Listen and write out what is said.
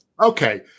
okay